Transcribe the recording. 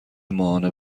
ماهانه